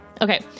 Okay